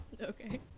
Okay